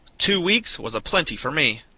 two weeks was a-plenty for me.